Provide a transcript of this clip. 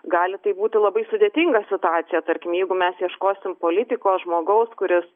gali tai būti labai sudėtinga situacija tarkim jeigu mes ieškosim politiko žmogaus kuris